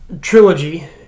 trilogy